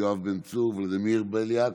יואב בן צור, ולדימיר בליאק,